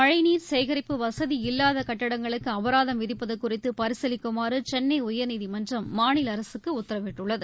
மழைநீர் சேகரிப்பு வசதி இல்லாத கட்டிடங்களுக்கு அபராதம் விதிப்பது குறித்து பரிசீலிக்குமாறு சென்னை உயர்நீதிமன்றம் மாநில அரசுக்கு உத்தரவிட்டுள்ளது